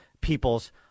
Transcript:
people's